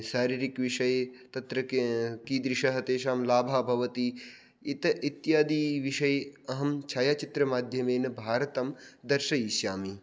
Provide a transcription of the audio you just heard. शारीरिकविषये तत्र कीदृशः तेषां लाभः भवति इत इत्यादिविषये अहं छायाचित्रमाध्यमेन भारतं दर्शयिष्यामि